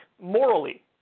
morally